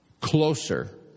closer